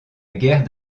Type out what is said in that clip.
guerre